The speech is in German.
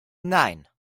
nein